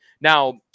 Now